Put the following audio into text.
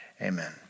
amen